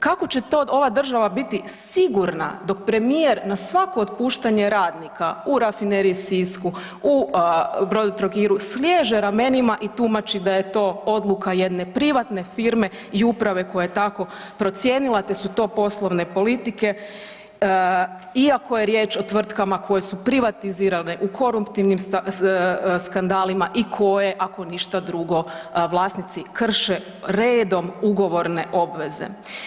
Kako će to ova država biti sigurna dok premijer na svako otpuštanje radnika u rafineriji Sisku, u Brodotrogiru, sliježe ramenima i tumači da je to odluka jedne privatne firme i uprave koja je tako procijenila te su to poslovne politike iako je riječ o tvrtkama koje su privatizirane u koruptivnim skandalima i koje ako ništa drugo, vlasnici krše redom ugovorne obveze?